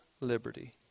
liberty